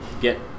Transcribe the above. get